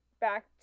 back